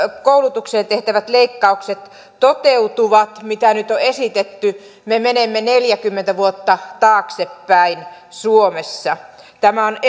koulutukseen tehtävät leikkaukset toteutuvat mitä nyt on esitetty me menemme neljäkymmentä vuotta taaksepäin suomessa tämä on